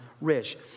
Rich